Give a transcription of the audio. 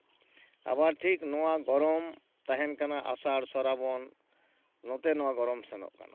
ᱟᱵᱟᱨ ᱴᱷᱤᱠ ᱱᱚᱣᱟ ᱜᱚᱨᱚᱢ ᱛᱟᱦᱮᱱ ᱠᱟᱱᱟ ᱟᱥᱟᱲ ᱥᱚᱨᱟᱵᱚᱱ ᱱᱚᱛᱮ ᱱᱚᱣᱟ ᱜᱚᱨᱚᱢ ᱥᱮᱱᱚᱜ ᱠᱟᱱᱟ